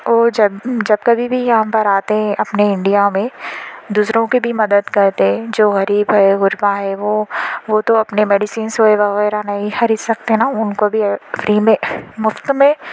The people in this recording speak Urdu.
وہ جب جب کبھی بھی یہاں پر آتے اپنے انڈیا میں دوسروں کے بھی مدد کرتے جو غریب ہے غربا ہیں وہ وہ تو اپنے میڈیسنس وغیرہ نہیں خرید سکتے نا ان کو بھی فری میں مفت میں